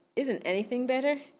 isn't anything better?